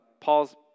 Paul's